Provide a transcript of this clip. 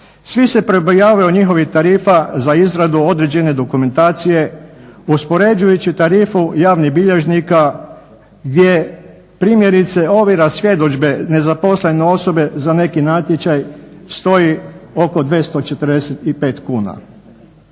Svi se pribojavaju njihovih tarifa za izradu određene dokumentacije uspoređujući tarifu javnih bilježnika gdje primjerice ovjera svjedodžbe nezaposlene osobe za neki natječaj stoji oko 245 kuna.